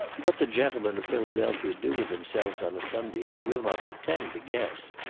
what the gentlemen of philadelphia do with themselves on a sunday, i will not pretend to guess,